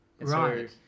Right